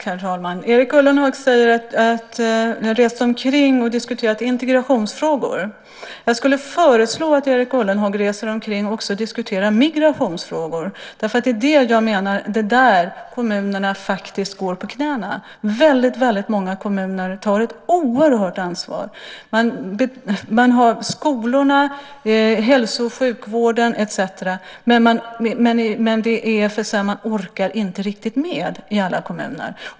Herr talman! Erik Ullenhag säger att han har rest omkring och diskuterat integrationsfrågor. Jag skulle vilja föreslå att Erik Ullenhag också reser omkring och diskuterar migrationsfrågor. Det är där kommunerna faktiskt går på knäna. Väldigt många kommuner tar ett oerhört ansvar när det gäller skolor, hälsovård etcetera, men man orkar inte riktigt med i alla kommuner.